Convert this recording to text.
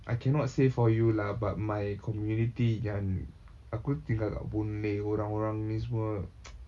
I cannot say for you lah but my community kan aku tinggal kat boon lay orang-orang ni semua